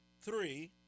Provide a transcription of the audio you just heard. three